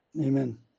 Amen